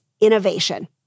innovation